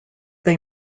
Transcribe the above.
they